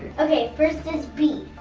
okay, first is b.